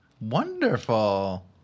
Wonderful